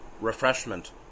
refreshment